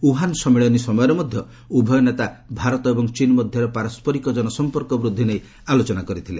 Wuhan ସମ୍ମିଳନୀ ସମୟରେ ମଧ୍ୟ ଉଭୟ ନେତା ଭାରତ ଏବଂ ଚୀନ୍ ମଧ୍ୟରେ ପାରସ୍କରିକ ଜନସମ୍ପର୍କ ବୃଦ୍ଧି ନେଇ ଆଲୋଚନା କରିଥିଲେ